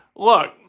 Look